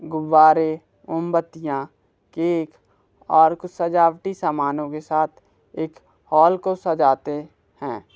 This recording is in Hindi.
गुब्बारे मोमबत्तियाँ केक और कुछ सजावटी समानों के साथ एक हॉल को सजाते हैं